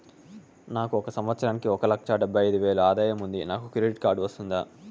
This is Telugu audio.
నాకు ఒక సంవత్సరానికి ఒక లక్ష డెబ్బై అయిదు వేలు ఆదాయం ఉంది నాకు క్రెడిట్ కార్డు వస్తుందా?